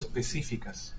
específicas